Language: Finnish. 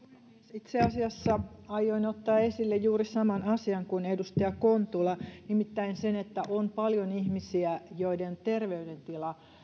itse asiassa aioin ottaa esille juuri saman asian kuin edustaja kontula nimittäin sen että on paljon ihmisiä joiden terveydentila